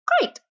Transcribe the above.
Great